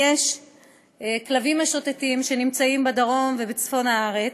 כלבים משוטטים נמצאים בדרום ובצפון הארץ,